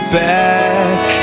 back